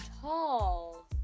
tall